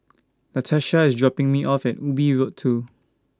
Latarsha IS dropping Me off At Ubi Road two